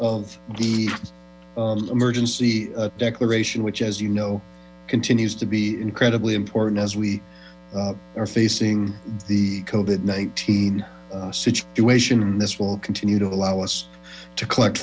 of the emergency declaration which as you know continues to be incredibly important as we are facing the in nineteen situation and this will continue to allow us to collect